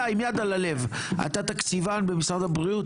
אתה, עם יד על הלב, אתה תקציבן במשרד הבריאות?